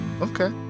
Okay